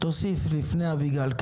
תוסיף, לפני אביגל.